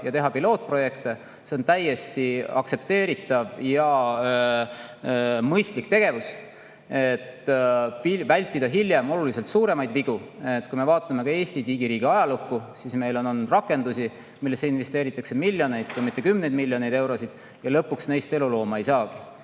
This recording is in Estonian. ja teha pilootprojekte. See on täiesti aktsepteeritav ja mõistlik tegevus, et vältida hiljem oluliselt suuremaid vigu. Kui me vaatame Eesti digiriigi ajalukku, siis meil on olnud rakendusi, millesse investeeritakse miljoneid, kui mitte kümneid miljoneid eurosid, aga lõpuks neist elulooma ei saa.